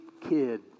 kid